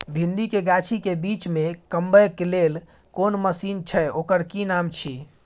भिंडी के गाछी के बीच में कमबै के लेल कोन मसीन छै ओकर कि नाम छी?